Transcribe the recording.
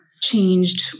changed